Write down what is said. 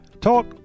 Talk